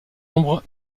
nombre